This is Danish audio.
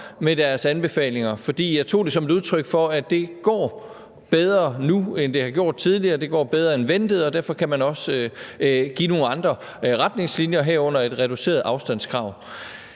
med deres anbefalinger; jeg tog det som et udtryk for, at det går bedre nu, end det har gjort tidligere, at det går bedre end ventet, og at man derfor også kan give nogle andre retningslinjer, herunder et reduceret afstandskrav.